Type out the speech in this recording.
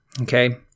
okay